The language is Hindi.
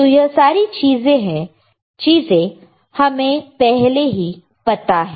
तो यह सारी चीजें हमें पहले ही पता है